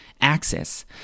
axis